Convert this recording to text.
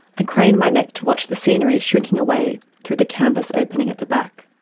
i craned my neck to watch the scenery shrinking away through the canvas opening at the back.